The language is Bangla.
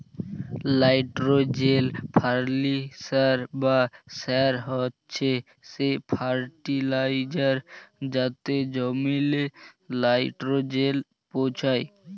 লাইট্রোজেল ফার্টিলিসার বা সার হছে সে ফার্টিলাইজার যাতে জমিল্লে লাইট্রোজেল পৌঁছায়